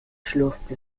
schlurfte